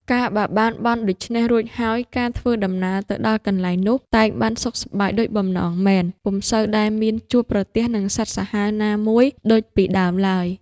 កាលបើបានបន់ដូច្នេះរួចហើយ ការធ្វើដំណើរទៅដល់កន្លែងនោះ តែងបានសុខសប្បាយដូចបំណងមែន ពុំសូវដែលមានជួបប្រទះនឹងសត្វសាហាវណាមួយដូចពីដើមឡើយ ។